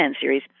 series